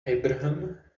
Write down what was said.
abraham